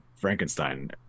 frankenstein